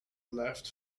left